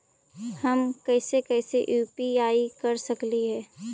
हम कैसे कैसे यु.पी.आई कर सकली हे?